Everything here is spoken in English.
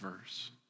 verse